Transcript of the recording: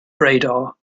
radar